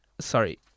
Sorry